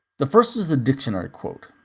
the first is the dictionary quote.